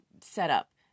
setup